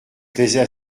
plaisait